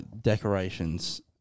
decorations